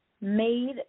made